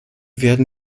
werden